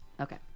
Okay